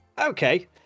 okay